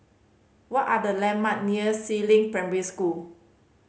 what are the landmark near Si Ling Primary School